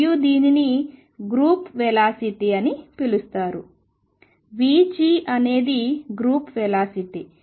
మరియు దీనిని group velocity సమూహ వేగం అని పిలుస్తారు vg అనేది గ్రూప్ వెలాసిటీ